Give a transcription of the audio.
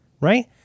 Right